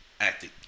acting